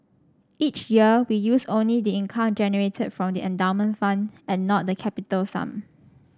each year we use only the income generated from the endowment fund and not the capital sum